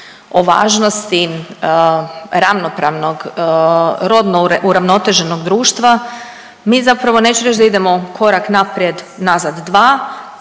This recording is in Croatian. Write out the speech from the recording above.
o važnosti ravnopravnog rodno uravnoteženog društva, mi zapravo neću reć da idemo korak naprijed, nazad dva